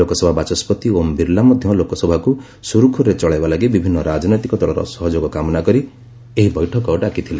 ଲୋକସଭା ବାଚସ୍କତି ଓମ୍ ବିର୍ଲା ମଧ୍ୟ ଲୋକସଭାକୁ ସୁରୁଖୁରୁରେ ଚଳାଇବା ଲାଗି ବିଭିନ୍ନ ରାଜନୈତିକ ଦଳର ସହଯୋଗ କାମନା କରି ଏକ ବୈଠକ ଡାକିଥିଲେ